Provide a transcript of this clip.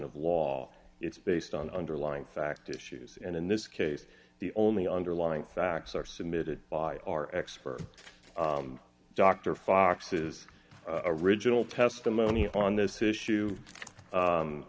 of law it's based on underlying fact issues and in this case the only underlying facts are submitted by our expert dr fox is original testimony on this issue